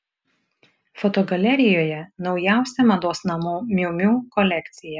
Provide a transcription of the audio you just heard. fotogalerijoje naujausia mados namų miu miu kolekcija